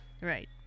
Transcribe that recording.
right